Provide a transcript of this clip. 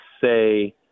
say